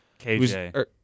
KJ